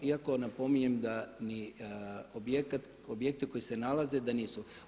Iako napominjem da ni objekte koje se nalaze da nisu.